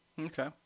okay